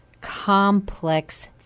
complex